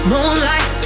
Moonlight